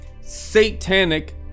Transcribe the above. satanic